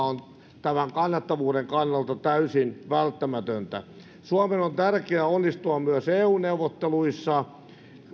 on kannattavuuden kannalta täysin välttämätöntä suomen on tärkeä onnistua myös eu neuvotteluissa